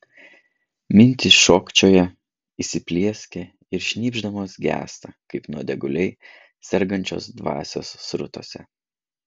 mintys šokčioja įsiplieskia ir šnypšdamos gęsta kaip nuodėguliai sergančios dvasios srutose